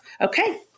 Okay